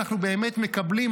אנחנו באמת מקבלים,